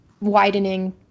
widening